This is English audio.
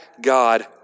God